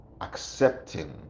accepting